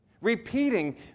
repeating